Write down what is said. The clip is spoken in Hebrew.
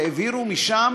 שהעבירו משם,